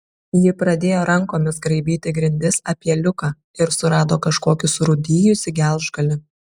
ji pradėjo rankomis graibyti grindis apie liuką ir surado kažkokį surūdijusį gelžgalį